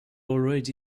already